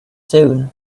soon